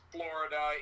Florida